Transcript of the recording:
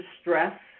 stress